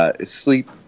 sleep